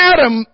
Adam